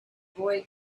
boy